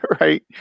Right